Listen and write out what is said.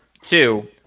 Two